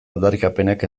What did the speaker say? aldarrikapenak